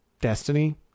destiny